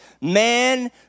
man